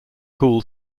cool